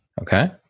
Okay